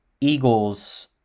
Eagles